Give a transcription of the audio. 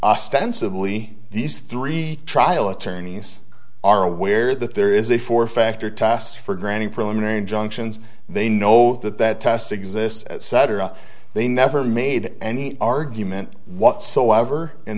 ostensibly these three trial attorneys are aware that there is a four factor test for granting preliminary injunctions they know that that test exists etc they never made any argument whatsoever in